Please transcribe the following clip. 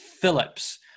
Phillips